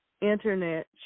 internet